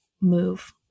move